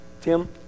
Tim